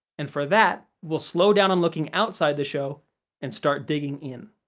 and for that, we'll slow down on looking outside the show and start digging in.